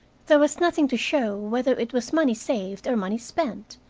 there was nothing to show whether it was money saved or money spent,